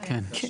כן.